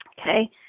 Okay